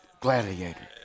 Gladiator